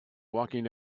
walking